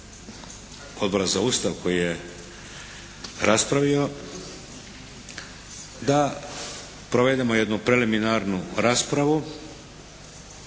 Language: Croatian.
Odbora za Ustav koji je raspravio, da provedemo jednu preliminarnu raspravu